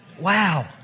Wow